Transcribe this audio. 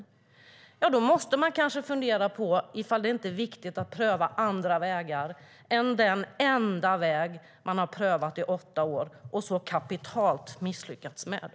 Då måste man kanske fundera på om det inte är viktigt att pröva andra vägar än den enda väg man har prövat i åtta år och så kapitalt misslyckats med.